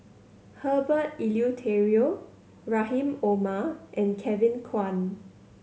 Herbert Eleuterio Rahim Omar and Kevin Kwan